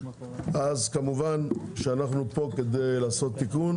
אז כמובן שאנחנו פה כדי לעשות תיקון.